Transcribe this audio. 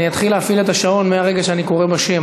אני אתחיל להפעיל את השעון מהרגע שאני קורא בשם,